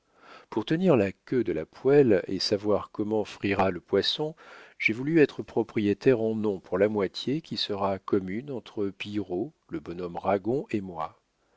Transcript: pour tenir la queue de la poêle et savoir comment frira le poisson j'ai voulu être propriétaire en nom pour la moitié qui sera commune entre pillerault le bonhomme ragon et moi